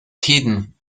tiden